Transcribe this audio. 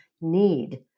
need